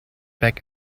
back